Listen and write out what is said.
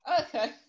Okay